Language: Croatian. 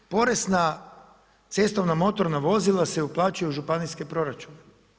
Porez na cestovna motorna vozila se uplaćuju u županijske proračune.